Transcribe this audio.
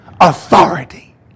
authority